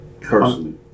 Personally